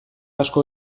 asko